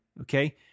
Okay